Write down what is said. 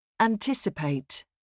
Anticipate